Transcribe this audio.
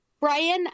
Brian